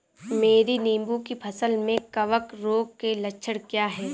मेरी नींबू की फसल में कवक रोग के लक्षण क्या है?